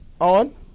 on